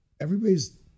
everybody's